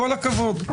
כל הכבוד.